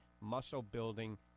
muscle-building